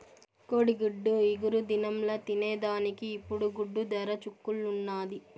కోడిగుడ్డు ఇగురు దినంల తినేదానికి ఇప్పుడు గుడ్డు దర చుక్కల్లున్నాది